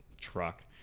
truck